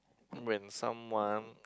when someone